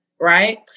right